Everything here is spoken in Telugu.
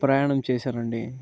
ప్రయాణం చేశానండి